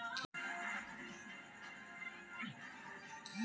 मकईर बिना जमानत लोन मिलवा सकोहो होबे?